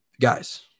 Guys